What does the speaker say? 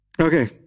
Okay